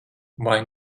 vai